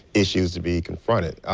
issues to be confronted.